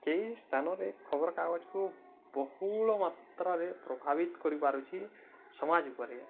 ସେଇ ସ୍ଥାନରେ ଖବରକାଗଜକୁ ବହୁଳ ମାତ୍ରାରେ ପ୍ରଭାବିତ କରିପାରୁଛି ସମାଜ ଉପରେ